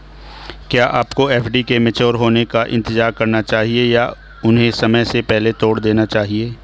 क्या आपको एफ.डी के मैच्योर होने का इंतज़ार करना चाहिए या उन्हें समय से पहले तोड़ देना चाहिए?